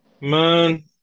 Man